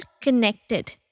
connected